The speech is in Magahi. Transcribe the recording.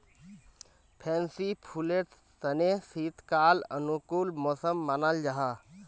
फैंसी फुलेर तने शीतकाल अनुकूल मौसम मानाल जाहा